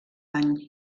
any